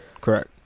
Correct